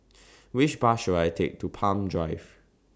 Which Bus should I Take to Palm Drive